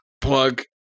plug